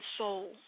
soul